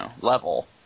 level